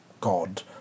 God